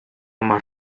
más